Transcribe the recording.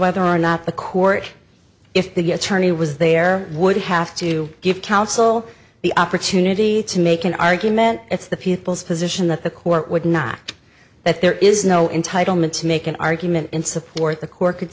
whether or not the court if the attorney was there would have to give counsel the opportunity to make an argument it's the people's position that the court would not that there is no entitle me to make an argument in support the court could